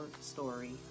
story